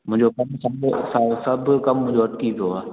मुंहिंजो कमु सभु कमु मुंहिंजो अटकी पयो आहे